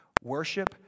Worship